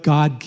God